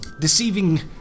deceiving